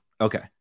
Okay